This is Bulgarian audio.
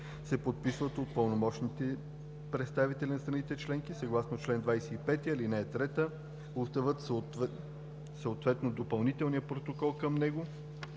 се подписват от пълномощните представители на страните членки. Съгласно чл. 25, ал. 3 Уставът, съответно Допълнителният протокол към него,